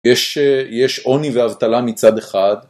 יש עוני ואבטלה מצד אחד